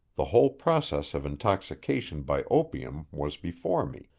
the whole process of intoxication by opium was before me,